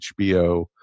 HBO